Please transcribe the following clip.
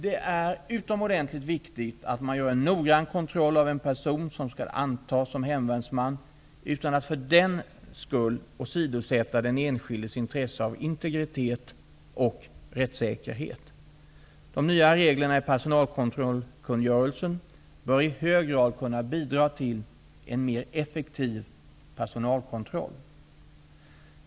Det är utomordentligt viktigt att man gör en noggrann kontroll av en person som skall antas som hemvärnsman utan att för den skull åsidosätta den enskildes intresse av integritet och rättssäkerhet. De nya reglerna i personalkontrollkungörelsen bör i hög grad kunna bidra till en mer effektiv personalkontroll.